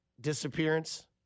disappearance